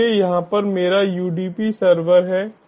इसलिए यहाँ पर मेरा UDP सर्वर है